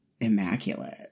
immaculate